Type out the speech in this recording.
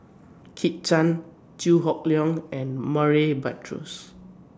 Kit Chan Chew Hock Leong and Murray Buttrose